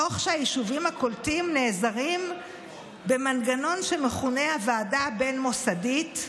תוך שהיישובים הקולטים נעזרים במנגנון שמכונה הוועדה הבין-מוסדית,